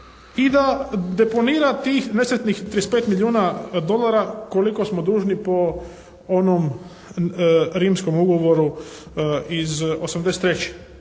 i da deponira tih nesretnih 35 milijuna dolara koliko smo dužni po onom Rimskom ugovoru iz '83.